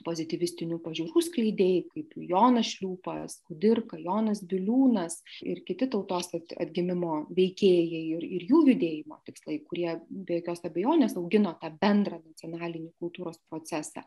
pozityvistinių pažiūrų skleidėjai kaip jonas šliūpas kudirka jonas biliūnas ir kiti tautos atgimimo veikėjai ir jų judėjimo tikslai kurie be jokios abejonės augino tą bendrą nacionalinį kultūros procesą